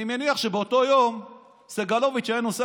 אני מניח שבאותו יום סגלוביץ' היה נוסע